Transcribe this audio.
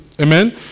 Amen